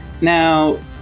Now